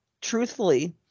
truthfully